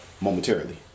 momentarily